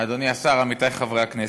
אדוני השר, עמיתי חברי הכנסת,